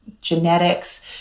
genetics